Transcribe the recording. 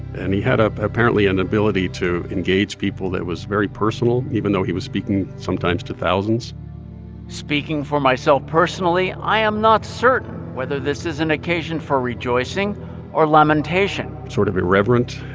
and he had, apparently, an ability to engage people that was very personal, even though he was speaking sometimes to thousands speaking for myself personally, i am not certain whether this is an occasion for rejoicing or lamentation sort of irreverent.